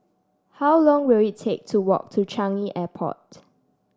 how long will it take to walk to Changi Airport